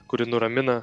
kuri nuramina